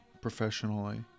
professionally